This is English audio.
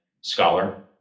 scholar